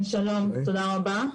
שלום ותודה רבה.